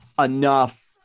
enough